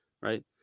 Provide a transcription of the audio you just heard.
right